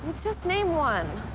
just name one.